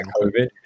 COVID